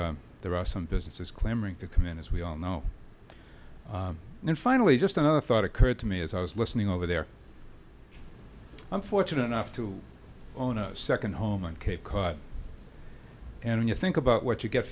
there are some businesses clamoring to come in as we all know and finally just another thought occurred to me as i was listening over there i'm fortunate enough to own a second home and cape cod and you think about what you get